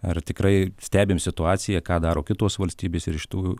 ar tikrai stebim situaciją ką daro kitos valstybės ir iš tų